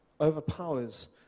overpowers